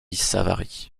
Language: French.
savary